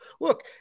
Look